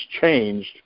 changed